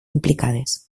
implicades